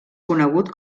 conegut